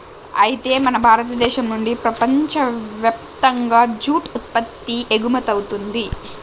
అయితే మన భారతదేశం నుండి ప్రపంచయప్తంగా జూట్ ఉత్పత్తి ఎగుమతవుతుంది